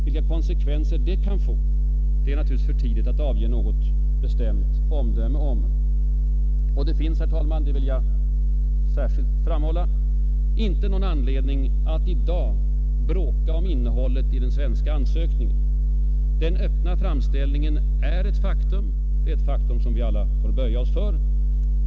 Vilka konsekvenser det kan få, är det naturligtvis för tidigt att avge något bestämt omdöme om. Det finns, herr talman — det vill jag särskilt framhålla — icke någon anledning att i dag bråka om innehållet i den svenska ansökningen. Den ”öppna” framställningen är ett faktum, som vi alla får böja oss för.